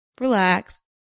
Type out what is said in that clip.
relax